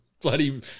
bloody